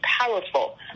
powerful